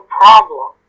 problem